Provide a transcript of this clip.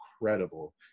incredible